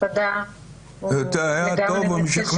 הוא היה טוב ומשכנע.